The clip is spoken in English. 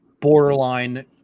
Borderline